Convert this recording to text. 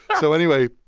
so anyway,